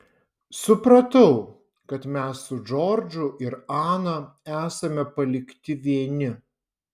supratau kad mes su džordžu ir ana esame palikti vieni